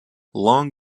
long